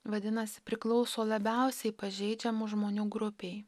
vadinasi priklauso labiausiai pažeidžiamų žmonių grupei